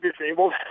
disabled